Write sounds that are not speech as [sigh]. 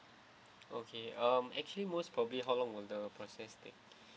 okay um actually most probably how long will the process take [breath]